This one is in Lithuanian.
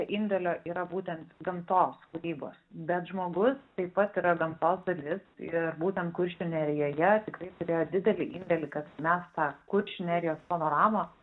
indėlio yra būtent gamtos kūrybos bet žmogus taip pat yra gamtos dalis ir būtent kuršių nerijoje tikrai turėjo didelį indėlį kad mes tą kuršių nerijos panoramą